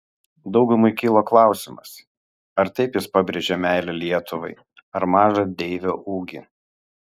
daugumai kilo klausimas ar taip jis pabrėžė meilę lietuvai ar mažą deivio ūgį